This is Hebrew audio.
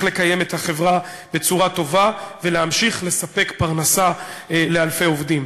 לקיים את החברה בצורה טובה ולהמשיך לספק פרנסה לאלפי עובדים.